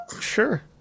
Sure